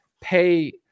pay